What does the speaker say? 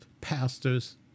pastors